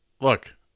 Look